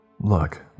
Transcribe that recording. Look